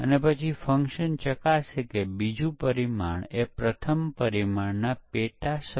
પરંતુ ભૂલો તેની અસર સમય પર પડશે